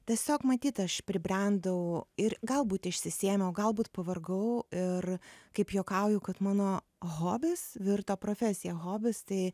tiesiog matyt aš pribrendau ir galbūt išsisėmiau galbūt pavargau ir kaip juokauju kad mano hobis virto profesija hobis tai